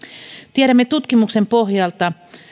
tiedämme tutkimuksen pohjalta